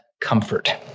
comfort